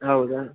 ಹೌದಾ